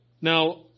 Now